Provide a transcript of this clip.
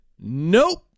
nope